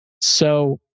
so-